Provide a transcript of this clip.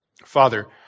Father